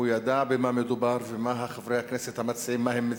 ידע במה מדובר ומה מציעים חברי הכנסת המציעים,